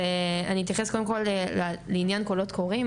אני אתייחס קודם כל לעניין קולות קוראים,